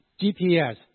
GPS